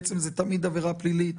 בעצם זה תמיד עבירה פלילית,